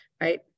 right